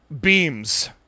beams